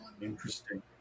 Interesting